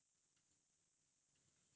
அப்புறம்:appuram